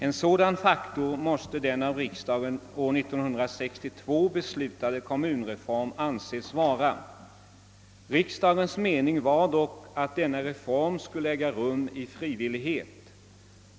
En sådan faktor måste den av riksdagen år 1962 beslutade kommunreformen anses vara. Riksdagens mening var dock att denna reform skulle äga rum i frivillighet.